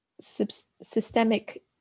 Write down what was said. systemic